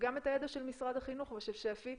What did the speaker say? וגם את הידע של משרד החינוך ושל שפ"י,